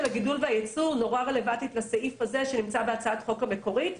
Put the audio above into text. הגידול והייצור מאוד רלוונטי לסעיף הזה שנמצא בהצעת החוק המקורית.